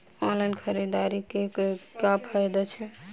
Online खरीददारी करै केँ की फायदा छै?